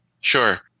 Sure